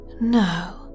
No